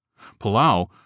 Palau